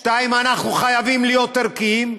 2. להיות ערכיים.